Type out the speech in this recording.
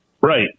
Right